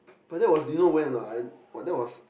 but that was you know when or not I !wah! that was